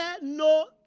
no